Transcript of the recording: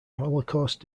holocaust